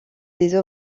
des